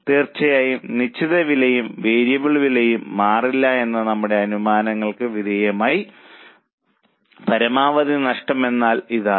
തീർച്ചയായും നിശ്ചിത വിലയും വേരിയബിൾ വിലയും മാറില്ല എന്ന നമ്മുടെ അനുമാനങ്ങൾക്ക് വിധേയമായി പരമാവധി നഷ്ടം എന്നാൽ ഇതാണ്